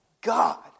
God